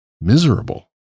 miserable